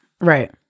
Right